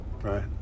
right